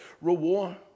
reward